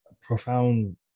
profound